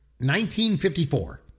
1954